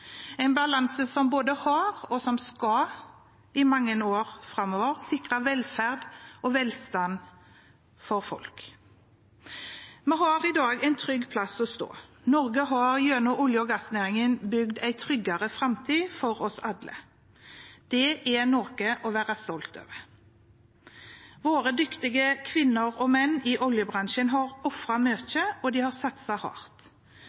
en balanse som både har sikret og i mange år framover skal sikre velferd og velstand for folk. Vi har i dag en trygg plass å stå på. Norge har gjennom olje- og gassnæringen bygd en tryggere framtid for oss alle. Det er noe å være stolt av. Våre dyktige kvinner og menn i oljebransjen har ofret mye, og de har satset hardt.